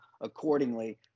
accordingly